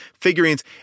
figurines